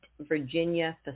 Virginia